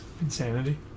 Insanity